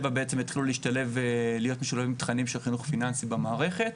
התחילו להיות משולבים בתכנים של חינוך פיננסי במערכת.